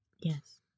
Yes